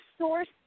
source